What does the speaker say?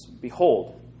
Behold